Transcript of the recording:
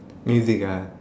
music ah